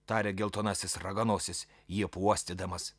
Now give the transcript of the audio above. tarė geltonasis raganosis jį apuostydamas